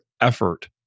effort